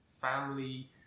family